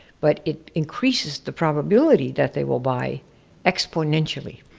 but it increases the probability that they will buy exponentially.